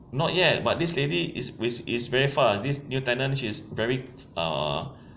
not yet but this lady is is very fast this new tenant she is very ah